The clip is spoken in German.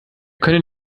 können